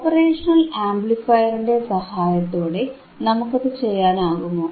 operational ആംപ്ലിഫയറിന്റെ സഹായത്തോടെ നമുക്കതു ചെയ്യാനാകുമോ